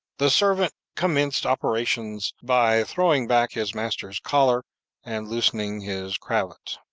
the servant commenced operations by throwing back his master's collar and loosening his cravat.